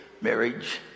Marriage